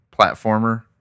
platformer